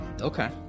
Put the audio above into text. Okay